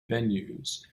venues